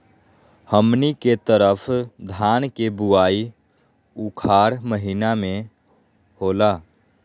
हमनी के तरफ धान के बुवाई उखाड़ महीना में होला